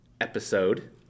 episode